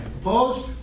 Opposed